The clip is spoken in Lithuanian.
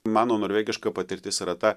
mano norvegiška patirtis yra ta